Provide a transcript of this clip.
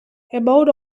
about